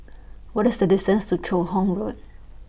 What IS The distance to Joo Hong Road